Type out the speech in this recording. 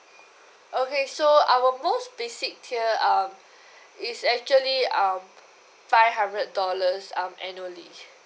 okay so our most basic tier uh is actually um five hundred dollars um annually